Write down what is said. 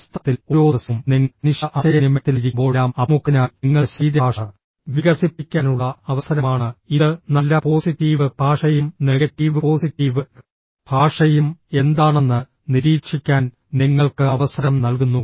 വാസ്തവത്തിൽ ഓരോ ദിവസവും നിങ്ങൾ മനുഷ്യ ആശയവിനിമയത്തിലായിരിക്കുമ്പോഴെല്ലാം അഭിമുഖത്തിനായി നിങ്ങളുടെ ശരീരഭാഷ വികസിപ്പിക്കാനുള്ള അവസരമാണ് ഇത് നല്ല പോസിറ്റീവ് ഭാഷയും നെഗറ്റീവ് പോസിറ്റീവ് ഭാഷയും എന്താണെന്ന് നിരീക്ഷിക്കാൻ നിങ്ങൾക്ക് അവസരം നൽകുന്നു